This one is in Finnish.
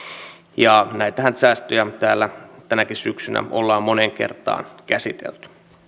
ja näitähän säästöjä täällä tänäkin syksynä ollaan moneen kertaan käsitelty